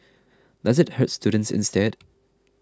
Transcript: does it hurt students instead